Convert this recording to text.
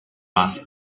ras